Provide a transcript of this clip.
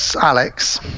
Alex